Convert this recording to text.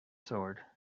sword